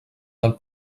del